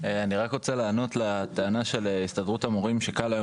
אני רק רוצה לענות לטענה של הסתדרות הרוקחים על כך שקל,